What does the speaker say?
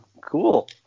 Cool